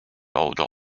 older